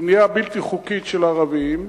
של בנייה בלתי חוקית של ערבים,